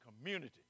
community